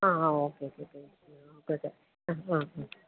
ആ ആ okay okay ഇട്ടേക്കാം ഓക്കെ ആ ആ ആ